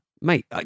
mate